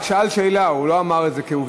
הוא רק שאל שאלה, הוא לא אמר את זה כעובדה.